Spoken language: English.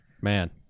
man